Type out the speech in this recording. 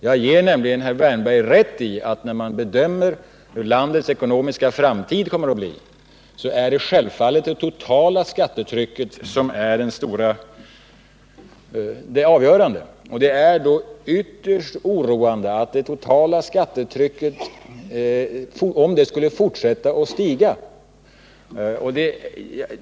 Jag ger nämligen herr Wärnberg rätt i att det, när man bedömer hur landets ekonomiska framtid kommer att bli, självfallet är det totala skattetrycket som är det avgörande. Det skulle då vara ytterst oroande om det totala skattetrycket fortsatte att stiga.